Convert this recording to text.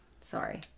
Sorry